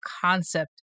concept